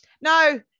No